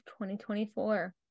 2024